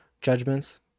judgments